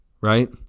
right